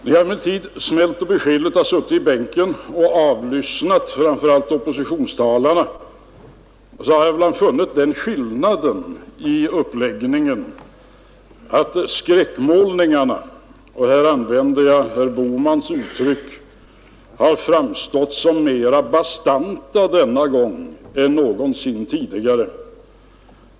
När jag snällt och beskedligt har suttit i bänken och avlyssnat framför allt oppositionstalarna har jag emellertid funnit den skillnaden i uppläggningen att skräckmålningarna — här använder jag herr Bohmans uttryck — har framstått som mera bastanta denna gång än någonsin tidigare.